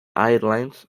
airlines